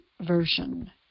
version